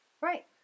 right